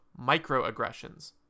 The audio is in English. microaggressions